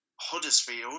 Huddersfield